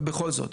אבל בכל זאת.